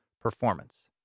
Performance